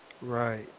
right